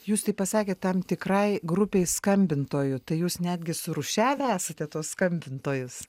jūs taip pasakėt tam tikrai grupei skambintojų tai jūs netgi surūšiavę esate tuos skambintojus